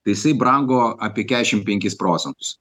tai jisai brango apie keturiasdešim penkis procentus